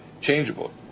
changeable